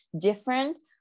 different